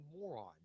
moron